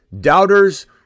doubters